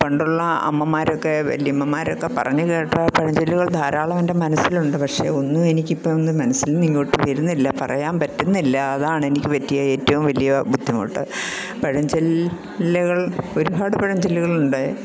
പണ്ടുള്ള അമ്മമാരൊക്കെ വല്ല്യമ്മമാരൊക്കെ പറഞ്ഞു കേട്ട പഴഞ്ചൊല്ലുകൾ ധാരാളം എൻ്റെ മനസ്സിലുണ്ട് പക്ഷെ ഒന്നും എനിക്കിപ്പം എൻ്റെ മനസ്സിൽ നിന്നിങ്ങോട്ട് വരുന്നില്ല പറയാൻ പറ്റുന്നില്ല അതാണെനിക്ക് പറ്റിയ ഏറ്റവും വലിയ ബുദ്ധിമുട്ട് പഴഞ്ചൊല്ലുകൾ ഒരുപാട് പഴഞ്ചൊല്ലുകളുണ്ട്